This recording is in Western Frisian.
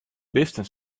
bisten